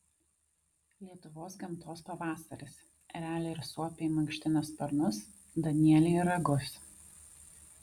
lietuvos gamtos pavasaris ereliai ir suopiai mankština sparnus danieliai ragus